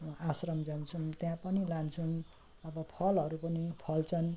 आश्रम जान्छौँ त्यहाँ पनि लान्छौँ अब फलहरू पनि फल्छन्